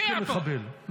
לא כמחבל.